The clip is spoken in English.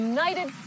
United